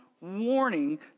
warning